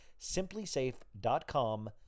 simplysafe.com